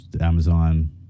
Amazon